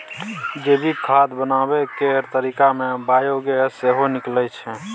जैविक खाद बनाबै केर तरीका मे बायोगैस सेहो निकलै छै